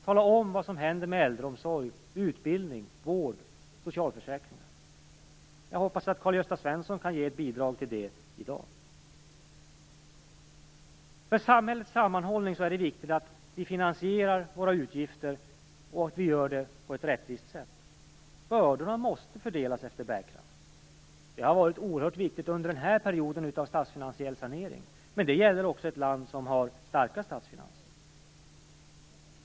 Tala om vad som händer med äldreomsorg, utbildning, vård och socialförsäkringar! Jag hoppas att Karl Gösta Svenson kan bidra till det i dag. För samhällets sammanhållning är det viktigt att vi finansierar våra utgifter och att vi gör det på ett rättvist sätt. Bördorna måste fördelas efter bärkraft. Det har varit oerhört viktigt under den här perioden av statsfinansiell sanering. Men det gäller också i ett land som har starka statsfinanser.